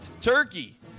turkey